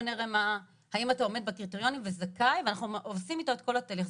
נראה האם הוא עומד בקריטריונים וזכאי ועושים אתו את כל התהליך.